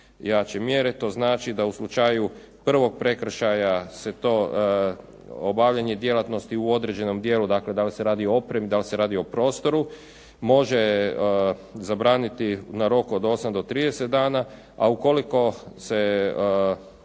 jače mjere. To znači da u slučaju prvog prekršaja se to obavljanje djelatnosti u određenom dijelu, dakle da li se radi o opremi, da li se radi o prostoru može zabraniti na rok od osam do trideset dana a ukoliko se